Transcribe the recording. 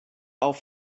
auf